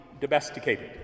domesticated